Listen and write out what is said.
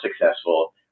successful